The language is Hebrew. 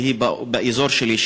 שהיא באזור שלי,